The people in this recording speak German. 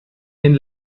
den